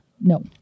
No